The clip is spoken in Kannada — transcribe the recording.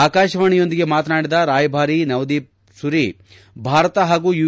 ಆಕಾಶವಾಣಿಯೊಂದಿಗೆ ಮಾತನಾಡಿದ ರಾಯಭಾರಿ ನವದೀಪ್ಸುರಿ ಭಾರತ ಹಾಗು ಯು